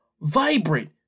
vibrant